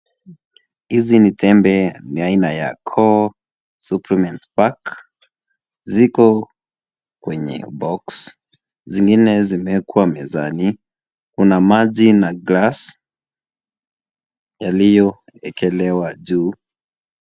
Hizi ni tembe ni aina ya koo, (CS)supplements back (CS)ziko kwenye (CS)box(CS)zingine zimeekwa mezani kuna maji na (CS)glass(CS )yaliyowekelewa juu.